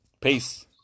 Peace